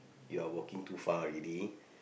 you're walking too far already